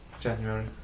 January